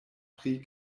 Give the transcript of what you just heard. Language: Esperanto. pri